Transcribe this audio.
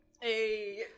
Hey